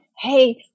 Hey